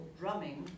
drumming